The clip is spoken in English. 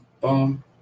boom